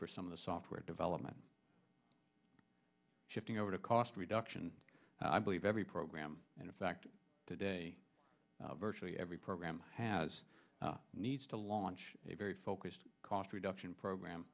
for some of the software development shifting over to cost reduction i believe every program and in fact today virtually every program has needs to launch a very focused cost reduction program